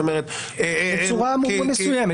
בצורה מסוימת.